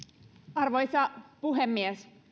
arvoisa puhemies